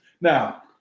Now